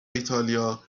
ایتالیا